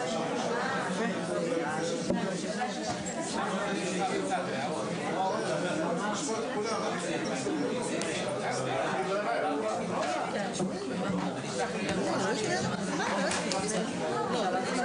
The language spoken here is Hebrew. ננעלה בשעה 15:42.